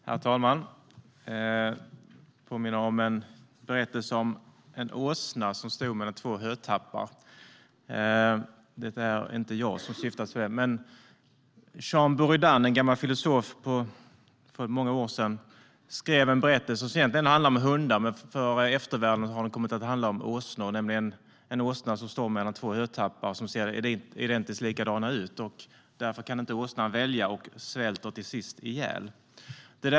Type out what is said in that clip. Herr talman! Jag vill påminna om en berättelse om en åsna som stod mellan två hötappar. Det är inte jag som åsyftas. Jean Buridan, en gammal filosof som föddes för många år sedan, skrev en berättelse. Den handlade om hundar, men för eftervärlden har den kommit att handla om åsnor. Det är en åsna som står mellan två hötappar som ser identiska ut, och därför kan åsnan inte välja utan svälter till sist ihjäl.